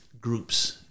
groups